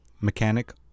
mechanic